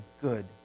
good